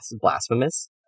blasphemous